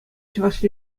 чӑваш